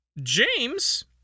James